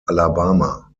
alabama